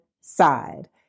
side